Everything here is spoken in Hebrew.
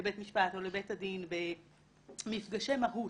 לבית משפט או לבין הדין במפגשי מהות,